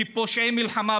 כפושעי מלחמה,